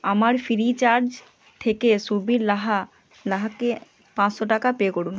আমার ফ্রিচার্জ থেকে সুবীর লাহা লাহাকে পাঁচশো টাকা পে করুন